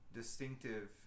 distinctive